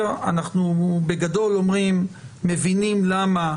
אנחנו בגדול אומרים שמבינים למה,